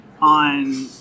on